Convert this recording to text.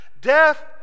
Death